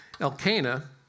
Elkanah